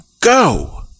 go